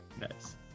Nice